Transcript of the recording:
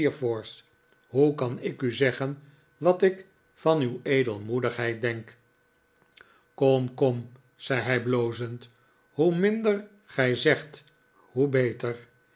hoe kan ik u zeggen wat ik van uw edelrrioedigheid denk kom kom zei hij blozend hoe minder gij zegt hoe beter